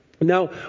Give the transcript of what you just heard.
now